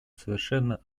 совершенно